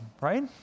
right